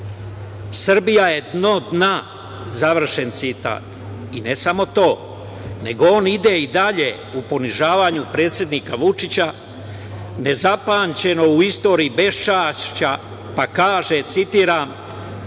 Srbija je dno dna. Završen citat. Ne samo to, nego on ide i dalje u ponižavanju predsednika Vučića, nezapamćeno u istoriji beščašća, pa kaže, citiram